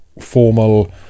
formal